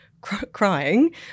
crying